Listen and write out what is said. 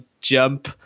jump